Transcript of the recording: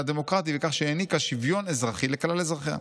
הדמוקרטי בכך שהעניקה שוויון אזרחי לכלל אזרחיה.